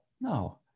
no